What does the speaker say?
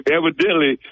evidently